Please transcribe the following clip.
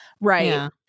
right